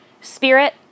spirit